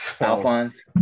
Alphonse